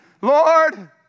Lord